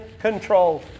control